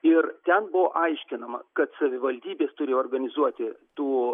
ir ten buvo aiškinama kad savivaldybės turi organizuoti tų